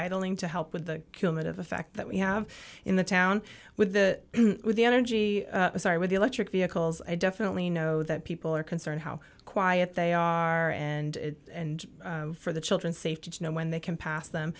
idling to help with the cumin of the fact that we have in the town with the with the energy with the electric vehicles i definitely know that people are concerned how quiet they are and and for the children's safety to know when they can pass them